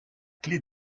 clé